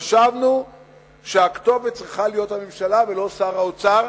חשבנו שהכתובת צריכה להיות הממשלה ולא שר האוצר.